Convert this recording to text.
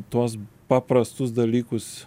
tuos paprastus dalykus